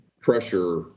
pressure